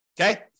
Okay